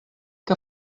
que